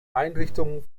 einrichtungen